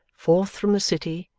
forth from the city,